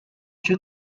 due